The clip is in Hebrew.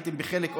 הייתם חלק,